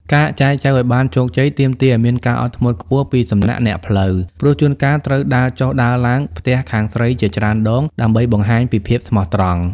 ការចែចូវឱ្យបានជោគជ័យ ទាមទារឱ្យមានការអត់ធ្មត់ខ្ពស់ពីសំណាក់អ្នកផ្លូវ ព្រោះជួនកាលត្រូវដើរចុះដើរឡើងផ្ទះខាងស្រីជាច្រើនដង ដើម្បីបង្ហាញពីភាពស្មោះត្រង់។